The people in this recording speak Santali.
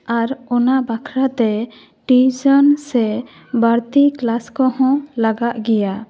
ᱟᱨ ᱚᱱᱟ ᱵᱟᱠᱷᱟᱨᱟᱛᱮ ᱴᱤᱭᱩᱥᱮᱱ ᱥᱮ ᱵᱟᱹᱲᱛᱤ ᱠᱮᱞᱟᱥ ᱠᱚᱦᱚᱸ ᱞᱟᱜᱟᱜ ᱜᱮᱭᱟ